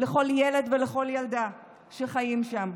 לכל ילד ולכל ילדה שחיים שם.